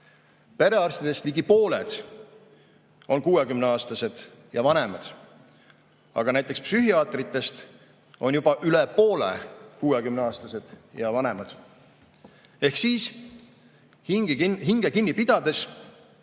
Perearstidest ligi pooled on 60-aastased ja vanemad. Aga ka näiteks psühhiaatritest on juba üle poole 60-aastased ja vanemad. Ehk hinge kinni pidades